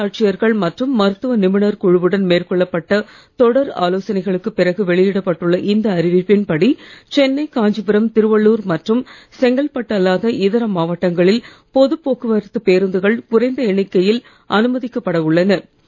மாவட்ட ஆட்சியர்கள் மற்றும் மருத்துவ நிபுணர் குழுவுடன் மேற்கொள்ளப் பட்ட தொடர் ஆலோசனைகளுக்குப் பிறகு வெளியிடப்பட்டுள்ள இந்த அறிவிப்பின் படி சென்னை காஞ்சிபுரம் திருவள்ளூர் மற்றும் செங்கல்பட்டு அல்லாத இதர மாவட்டங்களில் பொதுப் போக்குவரத்து பேருந்துகள் குறைந்த எண்ணிக்கையில் அனுமதிக்கப்பட உள்ளன